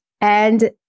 And-